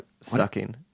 sucking